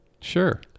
Sure